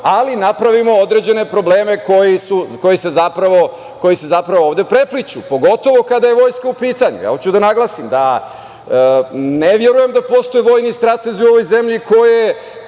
ali napravimo određene probleme koji se zapravo ovde prepliću, pogotovo kada je vojska u pitanju. Hoću da naglasim da ne verujem da postoje vojni stratezi u ovoj zemlji koje